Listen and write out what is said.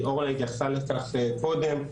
אורנה התייחסה לכך קודם,